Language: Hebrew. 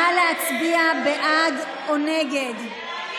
נא להצביע, בעד או נגד.